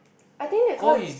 I think they call it